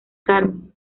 carmen